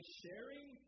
sharing